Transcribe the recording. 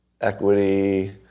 Equity